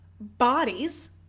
bodies